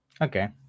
Okay